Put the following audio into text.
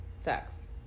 sex